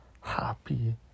Happy